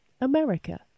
america